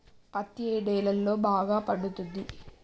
పత్తి ఏ నేలల్లో బాగా పండుతది?